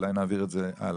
אולי נעביר את זה הלאה.